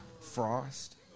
Frost